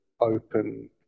open